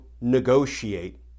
negotiate